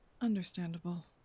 Understandable